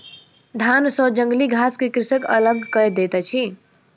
धान सॅ जंगली घास के कृषक अलग कय दैत अछि